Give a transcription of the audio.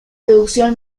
producción